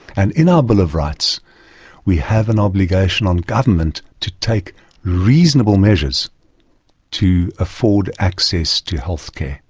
and in our bill of rights we have an obligation on government to take reasonable measures to afford access to healthcare,